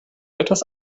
etwas